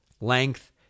length